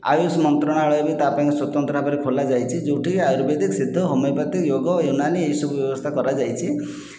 ଆୟୁଷ ମନ୍ତ୍ରାଳୟ ବି ତା ପାଇଁ ସ୍ଵତନ୍ତ୍ର ଭାବରେ ଖୋଲା ଯାଇଛି ଯେଉଁଠି ଆୟୁର୍ବେଦିକ ସିଦ୍ଧ ହୋମିଓପାତିକ ଯୋଗ ଉନାନୀ ଏହିସବୁ ବ୍ୟବସ୍ଥା କରାଯାଇଛି